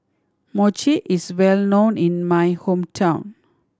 mochi is well known in my hometown